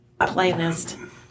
playlist